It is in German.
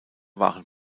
waren